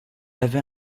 avait